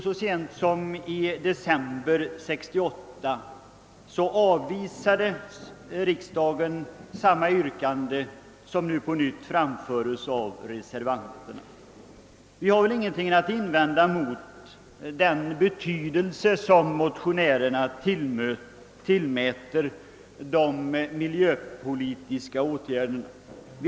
Så sent som i december 1968 avvisade riksdagen samma yrkande som nu på nytt framförs av reservanterna. Vi har ingenting att invända mot att motionärerna tillmäter de miljöpolitiska åtgärderna så stor betydelse.